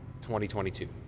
2022